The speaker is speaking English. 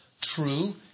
True